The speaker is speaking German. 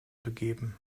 begeben